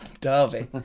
Darby